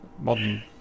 modern